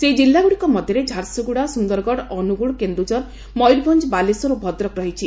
ସେହି ଜିଲ୍ଲାଗୁଡ଼ିକ ମଧରେ ଝାରସୁଗୁଡ଼ା ସୁନ୍ଦରଗଡ଼ ଅନୁଗୁଳ କେନ୍ଦୁଝର ମୟୂରଭଞ୍ଞ ବାଲେଶ୍ୱର ଓ ଭଦ୍ରକ ରହିଛି